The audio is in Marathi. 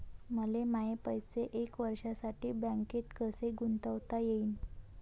मले माये पैसे एक वर्षासाठी बँकेत कसे गुंतवता येईन?